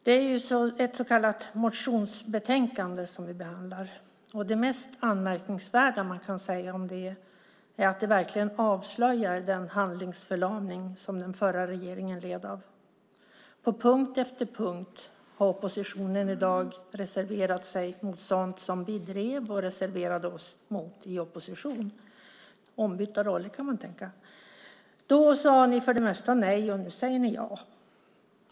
Det är ett så kallat motionsbetänkande som vi behandlar, och det mest anmärkningsvärda man kan säga om det är att det verkligen avslöjar den handlingsförlamning som den förra regeringen led av. På punkt efter punkt har oppositionen i dag reserverat sig mot sådant som vi drev och reserverade oss emot i opposition. Ombytta roller, kan man tänka. Då sa ni för det mesta nej, och nu säger ni ja.